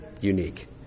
unique